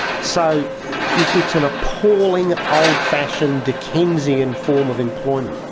so it's an appalling old-fashioned dickensian form of employment.